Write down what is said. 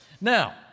Now